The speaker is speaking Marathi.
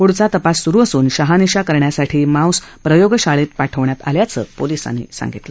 प्ढचा तपास स्रु असून शहानिशा करण्यासाठी मांस प्रयोगशाळेत पाठवण्यात आल्याचं पोलिसांनी सांगितलं